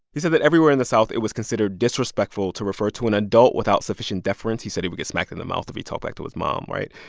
he said that everywhere in the south, it was considered disrespectful to refer to an adult without sufficient deference. he said he would get smacked in the mouth if he talked back to his mom, right?